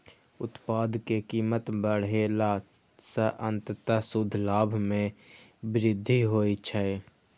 उत्पाद के कीमत बढ़ेला सं अंततः शुद्ध लाभ मे वृद्धि होइ छै